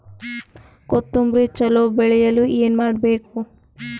ಕೊತೊಂಬ್ರಿ ಚಲೋ ಬೆಳೆಯಲು ಏನ್ ಮಾಡ್ಬೇಕು?